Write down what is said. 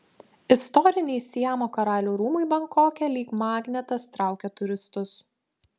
istoriniai siamo karalių rūmai bankoke lyg magnetas traukia turistus